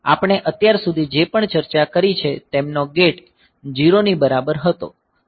આપણે અત્યાર સુધી જે પણ ચર્ચા કરી છે તેમનો ગેટ 0 ની બરાબર હતો